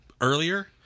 earlier